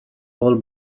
all